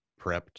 prepped